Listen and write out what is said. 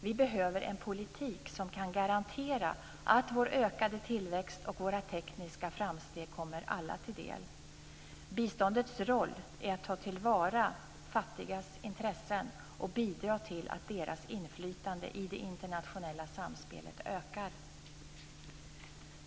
Vi behöver en politik som kan garantera att vår ökade tillväxt och våra tekniska framsteg kommer alla till del. Biståndets roll är att ta till vara fattigas intressen och bidra till att deras inflytande i det internationella samspelet ökar.